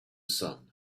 sun